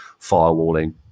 firewalling